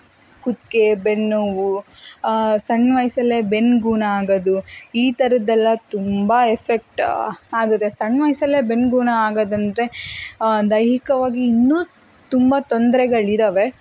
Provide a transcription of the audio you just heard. ಕುತ್ತಿಗೆ ಬೆನ್ನು ನೋವು ಸಣ್ಣ ವಯಸ್ಸಲ್ಲೇ ಬೆನ್ನು ಗೂನಾಗೋದು ಈ ಥರದ್ದೆಲ್ಲ ತುಂಬ ಎಫೆಕ್ಟ್ ಆಗುತ್ತೆ ಸಣ್ಣ ವಯಸ್ಸಲ್ಲೆ ಬೆನ್ನು ಗೂನು ಆಗೋದಂದರೆ ದೈಹಿಕವಾಗಿ ಇನ್ನೂ ತುಂಬ ತೊಂದ್ರೆಗಳಿದ್ದಾವೆ